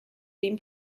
been